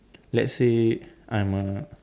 let's say I'm a